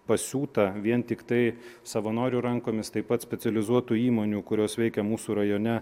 pasiūta vien tiktai savanorių rankomis taip pat specializuotų įmonių kurios veikia mūsų rajone